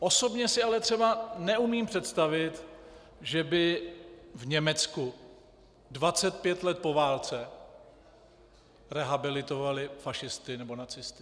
Osobně si ale třeba neumím představit, že by v Německu 25 let po válce rehabilitovali fašisty nebo nacisty.